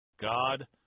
God